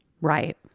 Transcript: Right